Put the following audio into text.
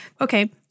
Okay